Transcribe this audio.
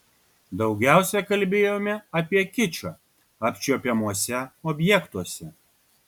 daugiausia kalbėjome apie kičą apčiuopiamuose objektuose